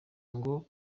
ngo